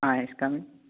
ആ yes come in